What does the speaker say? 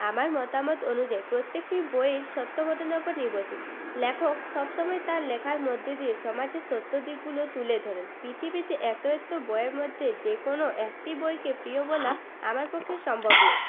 আমার মতামত অনুযায়ী প্রত্যেকটি বইয়েই সত্য ঘটনার উপর নির্ভরশীল লেখক সবসময় তার লেখার মধ্যে দিয়ে সমাজের সত্য দিকগুলোই তুলে ধরেন পৃথিবীতে এত এত বইয়ের মধ্যে যে কোনো একটি বইকে প্রিয় বলা আমার পক্ষে সম্ভব নয়